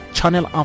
Channel